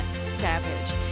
Savage